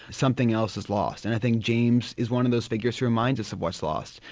something else is lost and i think james is one of those figures who reminds us of what's lost.